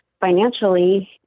financially